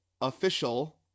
official